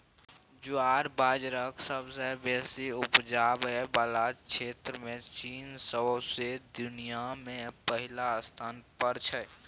ज्वार बजराक सबसँ बेसी उपजाबै बला क्षेत्रमे चीन सौंसे दुनियाँ मे पहिल स्थान पर छै